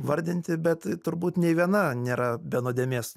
vardinti bet turbūt nei viena nėra be nuodėmės